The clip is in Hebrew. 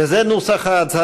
וזה נוסח ההצהרה: